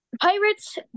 Pirates